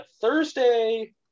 thursday